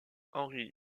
henri